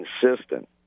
consistent